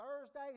Thursday